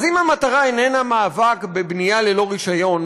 אז אם המטרה איננה מאבק בבנייה ללא רישיון,